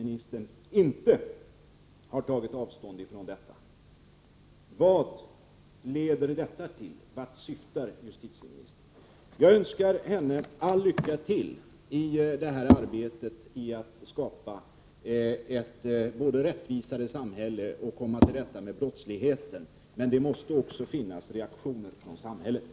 Eftersom det inte är ointressant vilken inställning landets justitieminister har till bl.a. bilstölder ber jag justitieminister Freivalds i riksdagen i klartext meddela innebörden av att ”uttrycka det mycket bättre” än 1968.